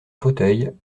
fauteuil